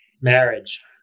marriage